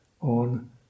on